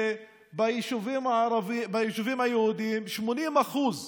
היא שביישובים היהודיים 80% מהארנונה,